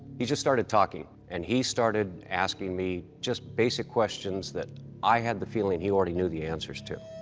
he just started talking, and he started asking me just basic questions that i had the feeling he already knew the answers to,